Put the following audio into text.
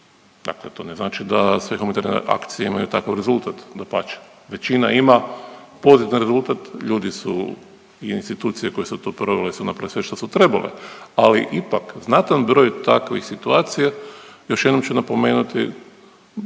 Dakle, to ne znači da sve humanitarne akcije imaju takav rezultat. Dapače. Većina ima pozitivan rezultat, ljudi su i institucije koje su to provele su napravile sve što su trebale. Ali ipak znatan broj takvih situacija, još jednom ću napomenuti